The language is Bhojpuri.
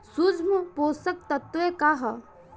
सूक्ष्म पोषक तत्व का ह?